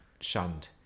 shunned